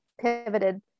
pivoted